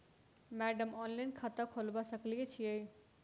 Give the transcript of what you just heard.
Madam online खाता खोलबा सकलिये छीयै?